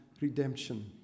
redemption